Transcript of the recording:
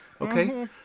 Okay